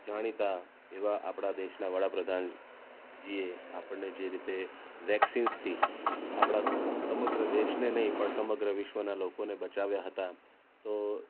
જાણીતા એવા આપણા દેશના વડાપ્રધાનજીએ આપણને જે રીતે વેક્સિન્સથી આપણા સમગ્ર દેશને નહીં પણ સમગ્ર વિશ્વનાં લોકોને બચાવ્યાં હતાં તો